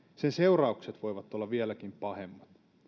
sen seuraukset voivat olla vieläkin pahemmat